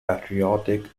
patriotic